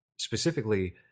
specifically